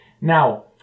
Now